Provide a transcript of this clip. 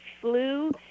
flu